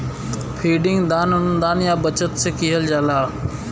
funding दान, अनुदान या बचत से किहल जाला